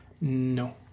No